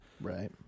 Right